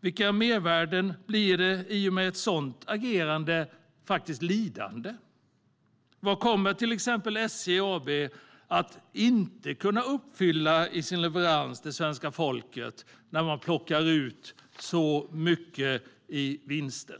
Vilka mervärden blir i och med ett sådant agerande lidande? Vad kommer till exempel SJ AB att inte kunna uppfylla i sin leverans till svenska folket när man plockar ut så mycket i vinst?